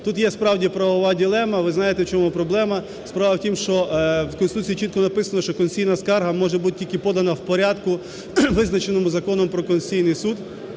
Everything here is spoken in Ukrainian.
Тут є, справді, правова дилема, ви знаєте в чому проблема. Справа в тім, що в Конституції чітко написано, що конституційна скарга може бути тільки подана в порядку, визначеному Законом про Конституційний Суд.